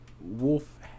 Wolf